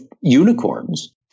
unicorns